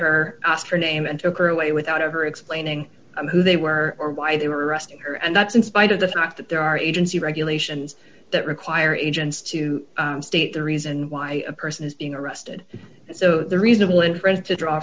asked her name and took her away without ever explaining who they were or why they were arresting her and that's in spite of the fact that there are agency regulations that require agents to state the reason why a person is being arrested and so the reasonable inference to draw